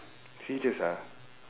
serious ah